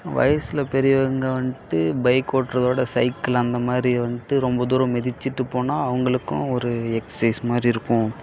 வயதில் பெரியவங்க வந்துட்டு பைக் ஓட்டுறதோட சைக்கிள் அந்த மாதிரி வந்துட்டு ரொம்ப தூரம் மிதிச்சுட்டு போனால் அவங்களுக்கும் ஒரு எக்சைஸ் மாதிரி இருக்கும்